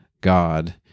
God